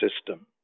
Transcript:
system